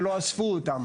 שלא אספו אותם,